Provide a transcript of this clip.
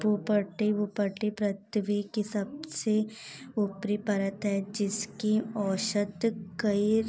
भू पट्टी भू पट्टी पृथ्वी की सब से ऊपरी परत है जिसकी औसत कई